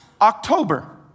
October